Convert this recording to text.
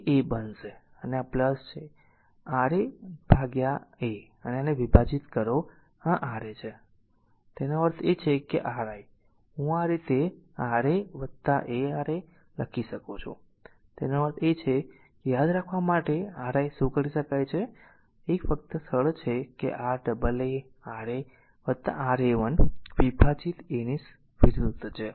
તેથી તે a બનશે અને આ છે r a R a દ્વારા a અને આને વિભાજીત કરો આ R a છે તેનો અર્થ એ છે કે Ri હું આ રીતે R a a R a a લખી શકું છું તેનો અર્થ એ છે કે આ યાદ રાખવા માટે કે Ri શું કરી શકાય છે એક તે ખૂબ જ સરળ છે કે r a a R a R a 1 વિભાજિત આ a ની બરાબર વિરુદ્ધ છે